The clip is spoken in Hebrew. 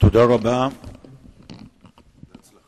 תנועת הנוער הדרוזית, אשר קמה